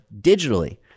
digitally